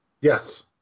Yes